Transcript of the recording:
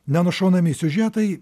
nenušaunami siužetai